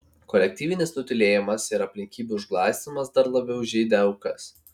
kolektyvinis nutylėjimas ir aplinkybių užglaistymas dar labiau žeidė aukas